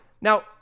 Now